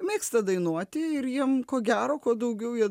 mėgsta dainuoti ir jiem ko gero ko daugiau jo